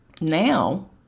now